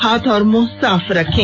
हाथ और मुंह साफ रखें